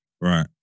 right